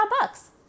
bucks